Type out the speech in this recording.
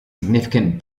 significant